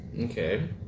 Okay